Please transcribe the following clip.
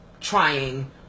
trying